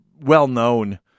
well-known